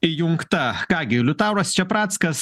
įjungta ką gi liutauras čeprackas